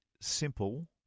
simple